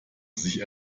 sich